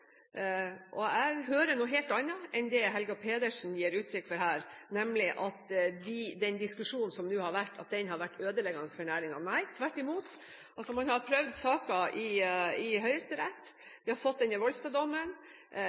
og jeg hører noe helt annet enn det Helga Pedersen her gir uttrykk for – at den diskusjonen som nå har vært, har vært ødeleggende for næringen. Nei, tvert imot – man har prøvd saken i Høyesterett, og vi har fått denne